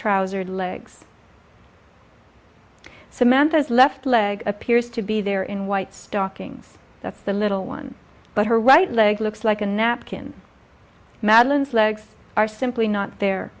trousered legs samantha's left leg appears to be there in white stockings that's the little one but her right leg looks like a napkin madeline's legs are simply not the